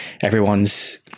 everyone's